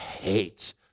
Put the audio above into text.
hates